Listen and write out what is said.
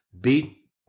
beat